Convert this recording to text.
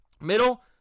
Middle